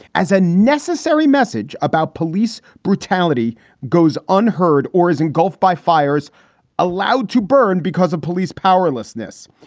as a necessary message about police brutality goes unheard or is engulfed by fires allowed to burn because of police powerlessness.